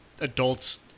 adults